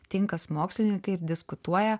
tinkas mokslininkai ir diskutuoja